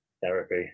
therapy